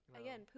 again